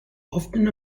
often